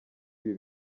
ibi